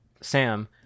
Sam